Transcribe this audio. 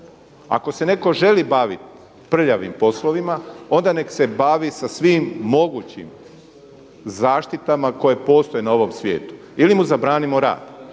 Ako se netko želi baviti prljavim poslovima onda nek se bavi sa svim mogućim zaštitama koje postoje na ovome svijetu ili mu zabranimo rad